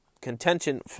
contention